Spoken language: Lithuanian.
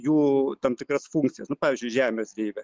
jų tam tikras funkcijas nu pavyzdžiui žemės deivė